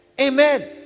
Amen